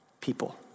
people